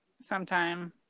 sometime